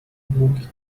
długich